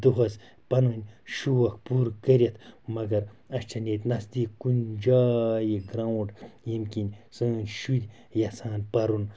دۄہَس پَنٕنۍ شوق پوٗرٕ کٔرِتھ مگر اَسہِ چھَنہٕ ییٚتہِ نزدیٖک کُنہِ جایہِ گرٛاوُنٛڈ ییٚمہِ کِنۍ سٲنۍ شُرۍ یَژھان پَرُن